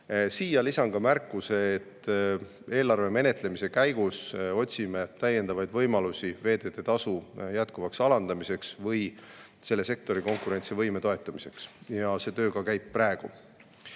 Siia lisan märkuse, et eelarve menetlemise käigus otsime täiendavaid võimalusi veeteetasu jätkuvaks alandamiseks või selle sektori konkurentsivõime toetamiseks ja see töö praegu